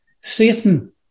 Satan